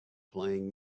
playing